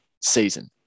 season